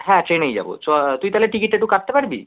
হ্যাঁ ট্রেনেই যাবো চ তুই তালে টিকিটটা একটু কাটতে পারবি